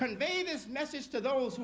convey this message to those